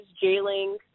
jailing